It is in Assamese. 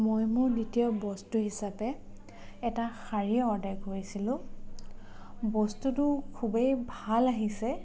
মই মোৰ দ্বিতীয় বস্তু হিচাপে এটা শাৰী অৰ্ডাৰ কৰিছিলোঁ বস্তুটো খুবেই ভাল আহিছে